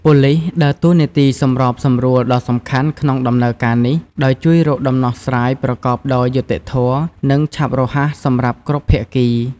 ប៉ូលិសដើរតួជាអ្នកសម្របសម្រួលដ៏សំខាន់ក្នុងដំណើរការនេះ ដោយជួយរកដំណោះស្រាយប្រកបដោយយុត្តិធម៌ និងឆាប់រហ័សសម្រាប់គ្រប់ភាគី។